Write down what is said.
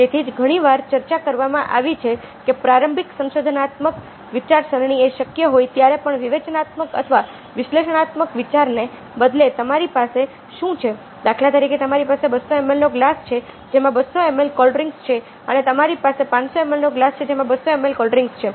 તેથી જ ઘણી વાર ચર્ચા કરવામાં આવી છે કે પ્રારંભિક સંશોધનાત્મક વિચારસરણી એ શક્ય હોય ત્યારે પણ વિવેચનાત્મક અથવા વિશ્લેષણાત્મક વિચારને બદલે તમારી પાસે શું છે દાખલા તરીકે તમારી પાસે 200 ml નો ગ્લાસ છે જેમાં 200 ml કોલ્ડ ડ્રિંક્સ છે અને તમારી પાસે 500 ml નું ગ્લાસ છે જેમાં 200 ml કોલ્ડ ડ્રિંક્સ છે